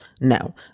No